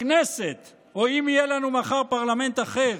הכנסת, או אם יהיה לנו מחר פרלמנט אחר,